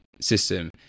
system